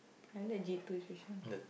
I like G-two